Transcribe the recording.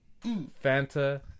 Fanta